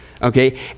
Okay